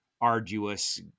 arduous